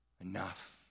enough